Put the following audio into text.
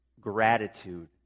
gratitude